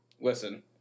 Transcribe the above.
listen